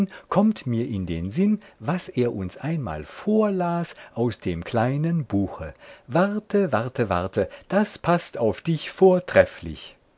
kommt mir in den sinn was er uns einmal vorlas aus dem kleinen buche warte warte warte das paßt auf dich vortrefflich